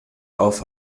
auf